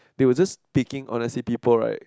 they were just peeking honestly people right